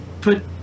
put